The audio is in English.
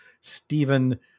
Stephen